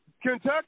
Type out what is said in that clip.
Kentucky